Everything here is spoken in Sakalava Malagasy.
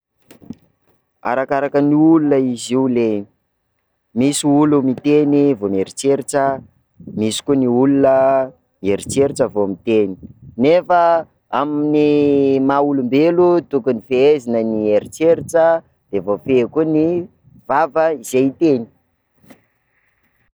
Arakaraka ny olona izy io ley, misy olo miteny vao mieritreritra, misy koa ny ny olona mieritreritra vao miteny, nefa amin'ny maha olombelo, tokony fehezina ny eritreritra de voafehy koa ny vava izay hiteny.